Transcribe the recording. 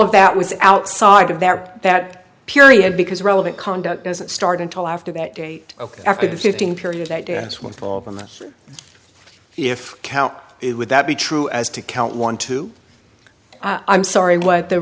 of that was outside of there that period because relevant conduct doesn't start until after that date ok after the fifteen period i dance with all of them if count it would that be true as to count one two i'm sorry what the